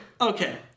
okay